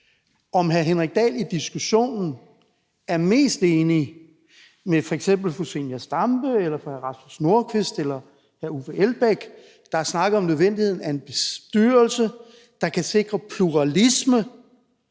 hr. Henrik Dahl, om han i diskussionen er mest enig med f.eks. fru Zenia Stampe eller hr. Rasmus Nordqvist eller hr. Uffe Elbæk, der har snakket om nødvendigheden af en bestyrelse, der kan sikre pluralisme,